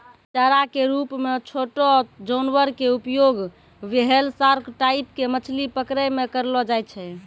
चारा के रूप मॅ छोटो जानवर के उपयोग व्हेल, सार्क टाइप के मछली पकड़ै मॅ करलो जाय छै